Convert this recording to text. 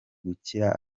kugira